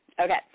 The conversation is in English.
Okay